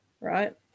Right